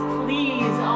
please